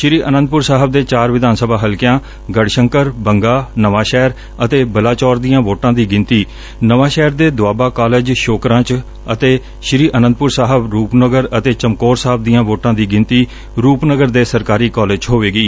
ਸ੍ਰੀ ਆਨੰਦਪੁਰ ਸਾਹਿਬ ਦੇ ਚਾਰ ਵਿਧਾਨ ਸਭਾ ਹਲਕਿਆਂ ਗੜਸੰਕਰ ਬੰਗਾ ਨਵਾਂ ਸ਼ਹਿਰ ਅਤੇ ਬਲਾਚੌਰ ਦੀਆਂ ਵੋਟਾਂ ਦੀ ਗਿਣਤੀ ਨਵਾਂ ਸ਼ਹਿਰ ਦੇ ਦੋਆਬਾ ਕਾਲਜ ਸ਼ੋਕਰਾਂ ਚ ਅਤੇ ਸ੍ੀ ਆਨੰਦਪੁਰ ਸਾਹਿਬ ਰੁਪਨਗਰ ਅਤੇ ਚਮਕੌਰ ਸਾਹਿਬ ਦੀਆਂ ਵੋਟਾਂ ਦੀ ਗਿਣਤੀ ਰੁਪਨਗਰ ਦੇ ਸਰਕਾਰੀ ਕਾਲਜ ਚ ਹੋਏਗੀ